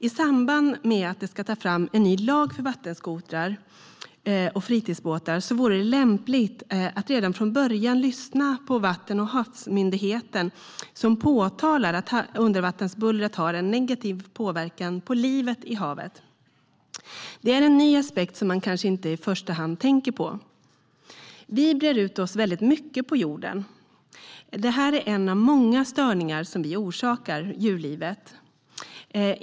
I samband med att det ska tas fram en ny lag för vattenskotrar och fritidsbåtar vore det lämpligt att redan från början lyssna på Havs och vattenmyndigheten, som påtalar att undervattensbullret har negativ påverkan på livet i havet. Det är en ny aspekt som man kanske inte tänker på i första hand. Vi brer ut oss mycket på jorden. Det här är en av många störningar som vi orsakar djurlivet.